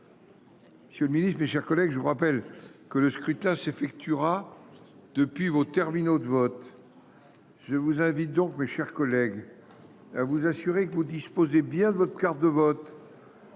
sur ce texte. Mes chers collègues, je vous rappelle que ce scrutin s’effectuera depuis les terminaux de vote. Je vous invite donc à vous assurer que vous disposez bien de votre carte de vote